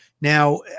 Now